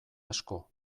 asko